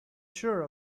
sure